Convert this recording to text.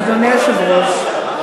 אדוני היושב-ראש,